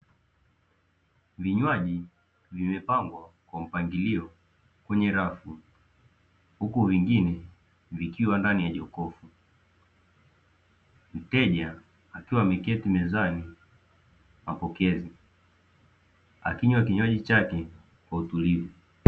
Vinywaji vimepangwa kwa mpangilio kwenye rafu huku vingine vikiwa ndani ya jokofu. Mteja akiwa ameketi mezani mapokezi akinywa kinywaji chake kwa utulivu.